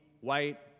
white